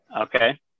Okay